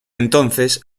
entonces